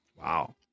Wow